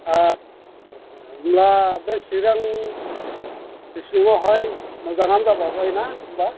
आथसा सा सा होनब्ला बे चिरां डिसट्रिकआवहाय मोजाङानो जामारबाय ना होनब्ला